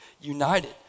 united